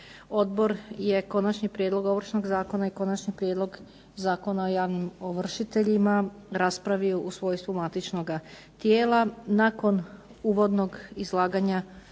Odbor je konačni prijedlog Ovršnog zakona i Konačni prijedlog Zakona o javnim ovršiteljima raspravio u svojstvu matičnoga tijela. Nakon uvodnog izlaganja